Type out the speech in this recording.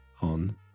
on